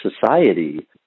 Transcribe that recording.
society